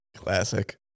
Classic